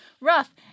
rough